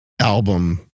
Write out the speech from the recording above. album